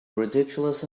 ridiculous